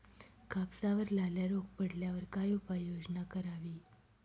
कापसावर लाल्या रोग पडल्यावर काय उपाययोजना करावी?